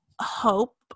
hope